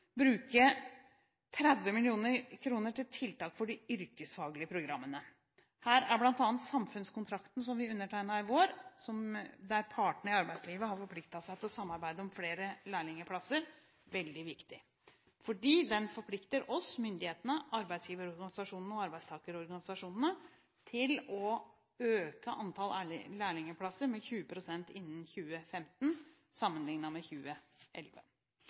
bruke 30 mill. kr til tiltak i de yrkesfaglige programmene. Her er bl.a. samfunnskontrakten, som vi undertegnet i vår, der partene i arbeidslivet har forpliktet seg til å samarbeide om flere lærlingplasser, veldig viktig, fordi den forplikter oss – myndighetene – arbeidsgiverorganisasjonene og arbeidstakerorganisasjonene til å øke antall lærlingplasser med 20 pst. innen 2015, sammenlignet med 2011.